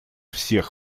всех